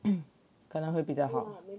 嗯可能会比较好